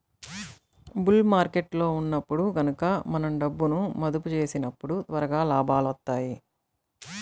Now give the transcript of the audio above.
bull మార్కెట్టులో ఉన్నప్పుడు గనక మనం డబ్బును మదుపు చేసినప్పుడు త్వరగా లాభాలొత్తాయి